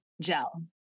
gel